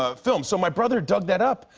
ah film. so my brother dug that up,